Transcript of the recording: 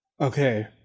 okay